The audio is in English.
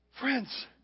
Friends